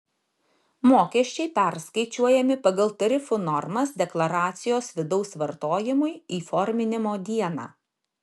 mokesčiai perskaičiuojami pagal tarifų normas deklaracijos vidaus vartojimui įforminimo dieną